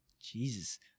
Jesus